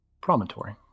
Promontory